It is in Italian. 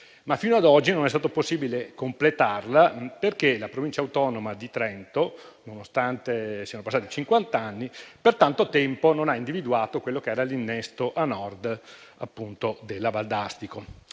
Fino ad oggi, però, non è stato possibile completarla, perché la Provincia autonoma di Trento, nonostante siano passati cinquant'anni, per tanto tempo non ha individuato quello che era l'innesto a Nord, appunto, della Valdastico.